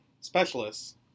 specialists